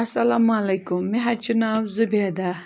اَسَلامُ علیکُم مےٚ حظ چھُ ناو زُبیدا